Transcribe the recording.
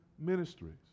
Ministries